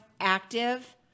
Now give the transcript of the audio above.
active